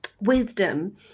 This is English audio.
wisdom